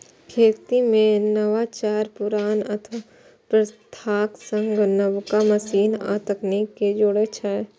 खेती मे नवाचार पुरान प्रथाक संग नबका मशीन आ तकनीक कें जोड़ै छै